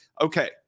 Okay